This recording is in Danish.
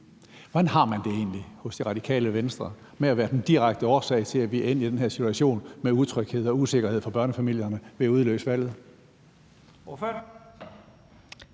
Hvordan har man det egentlig hos Radikale Venstre med at være den direkte årsag til, at vi er endt i den her situation med utryghed og usikkerhed for børnefamilierne, ved at udløse valget?